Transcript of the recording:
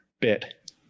bit